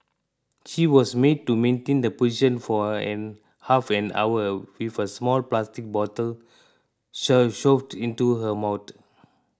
she was made to maintain the position for half an hour with a small plastic bottle shoved into her mouth